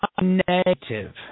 negative